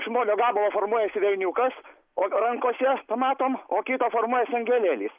iš molio gabalo formuojasi velniukas o rankose pamatom o kito formuojasi angelėlis